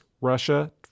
Russia